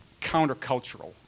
countercultural